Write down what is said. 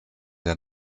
der